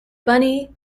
bunny